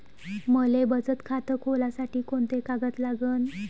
मले बचत खातं खोलासाठी कोंते कागद लागन?